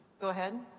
go ahead.